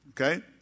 Okay